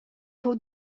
fou